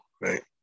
right